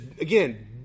again